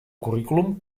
currículum